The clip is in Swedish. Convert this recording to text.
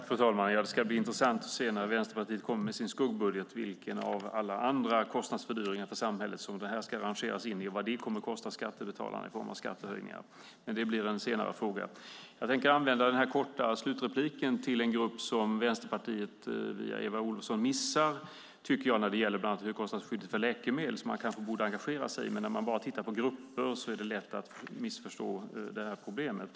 Fru talman! När Vänsterpartiet kommer med sin skuggbudget ska det bli intressant att se vilken av alla andra kostnadsfördyringar för samhället som detta ska arrangeras in i och vad det kommer att kosta skattebetalarna i form av skattehöjningar. Men det blir en senare fråga. Jag tänker använda det här korta inlägget för en grupp som Vänsterpartiet via Eva Olofsson missar när det gäller bland annat högkostnadsskyddet för läkemedel och som man kanske borde engagera sig i. Men när man bara tittar på grupper är det lätt att missförstå problemet.